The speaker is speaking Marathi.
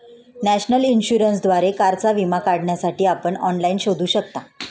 नॅशनल इन्शुरन्सद्वारे कारचा विमा काढण्यासाठी आपण ऑनलाइन शोधू शकता